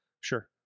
Sure